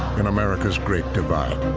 in america's great divide.